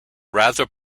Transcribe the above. rather